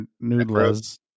noodles